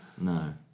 no